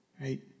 right